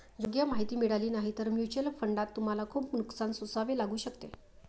योग्य माहिती मिळाली नाही तर म्युच्युअल फंडात तुम्हाला खूप नुकसान सोसावे लागू शकते